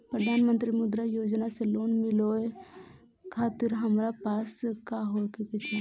प्रधानमंत्री मुद्रा योजना से लोन मिलोए खातिर हमरा पास का होए के चाही?